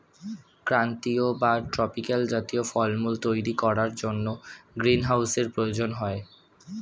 ক্রান্তীয় বা ট্রপিক্যাল জাতীয় ফলমূল তৈরি করার জন্য গ্রীনহাউসের প্রয়োজন হয়